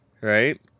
right